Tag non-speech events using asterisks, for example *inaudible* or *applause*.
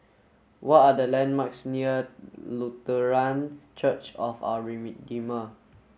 what are the landmarks near Lutheran Church of Our *unintelligible*